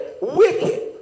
wicked